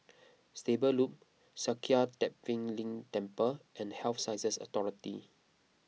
Stable Loop Sakya Tenphel Ling Temple and Health Sciences Authority